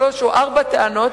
שלוש או ארבע טענות,